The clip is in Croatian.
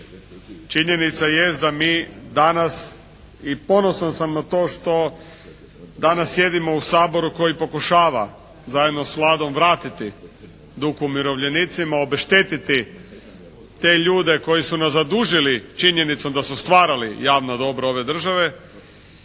Činjenica je da mi danas i ponosan sam na to što danas sjedimo u Saboru koji pokušava zajedno s Vladom vratiti dug umirovljenicima, obeštetiti te ljude koji su nas zadužili činjenicom da su stvarali javno dobro ove države,